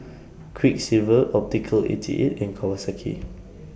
Quiksilver Optical eighty eight and Kawasaki